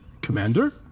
Commander